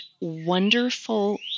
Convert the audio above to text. wonderful